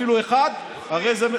אפילו אחד דיינו,